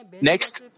Next